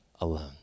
alone